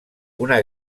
una